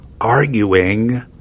arguing